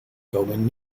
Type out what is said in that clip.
komen